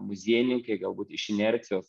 muziejininkai galbūt iš inercijos